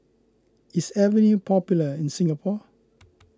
is Avene popular in Singapore